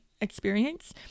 experience